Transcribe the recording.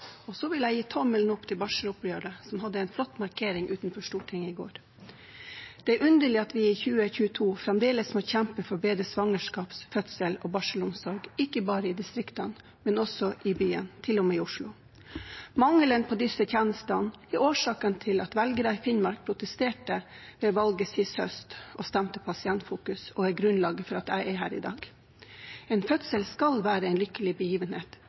og så vil jeg gi tommel opp til Barselopprøret, som hadde en flott markering utenfor Stortinget i går. Det er underlig at vi i 2022 fremdeles må kjempe for bedre svangerskaps-, fødsels-, og barselomsorg, ikke bare i distriktene, men også i byen – til og med i Oslo. Mangelen på disse tjenestene er årsaken til at velgere i Finnmark protesterte ved valget sist høst og stemte Pasientfokus, og det er grunnlaget for at jeg er her i dag. En fødsel skal være en lykkelig begivenhet,